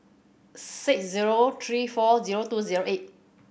six zero three four zero two zero eight